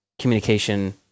communication